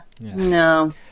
no